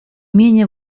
менее